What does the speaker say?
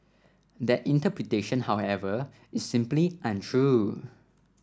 that interpretation however is simply untrue